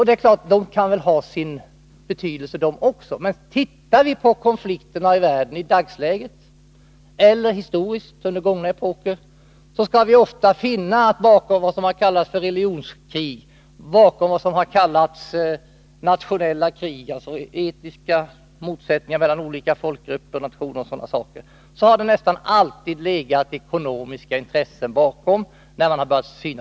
Det kan givetvis ha sin betydelse, men ser vi på konflikterna i världen — i dagsläget eller i det förgångna — skall vi ofta finna vid närmare kontroll att det bakom vad som har kallats religionskrig, motsättningar mellan etniska grupper osv., nästan alltid har legat ekonomiska intressen.